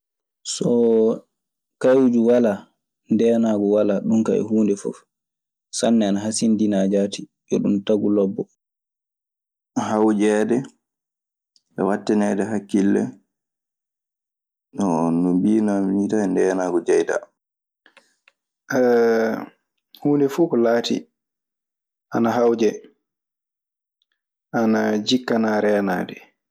Soo kawju walaa, ndeenaagu walaa, ɗun kaa yo huunde fof. Sanne ana hasindinaa jaati. Yo ɗun tagu lobbo. Hawjeede e waɗtaneede hakkille. No mbiinoomi nii tan e ndeenaagu jeydaa. Ayyo.